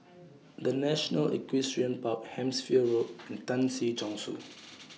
The National Equestrian Park Hampshire Road and Tan Si Chong Su